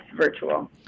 virtual